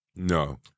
No